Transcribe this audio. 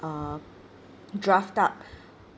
uh draft up